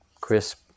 crisp